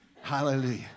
Hallelujah